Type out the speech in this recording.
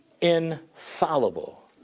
infallible